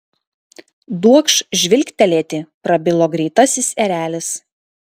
duokš žvilgtelėti prabilo greitasis erelis